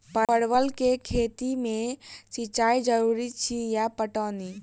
परवल केँ खेती मे सिंचाई जरूरी अछि या पटौनी?